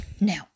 Now